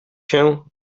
się